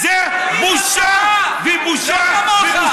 הם משרתים בצבא, זה בושה ובושה ובושה.